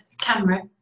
camera